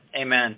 Amen